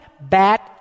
bad